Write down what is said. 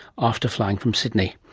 after flying from sydney.